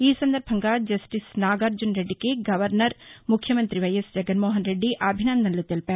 ఈ సందర్భంగా జస్టిస్ నాగార్జనరెడ్డికి గవర్నర్ ముఖ్యమంతి వైఎస్ జగన్మోహన్ రెడ్ది అభినందనలు తెలిపారు